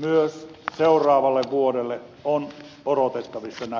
myös seuraavalle vuodelle on odotettavissa näitä korotuksia